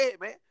man